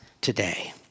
today